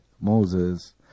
Moses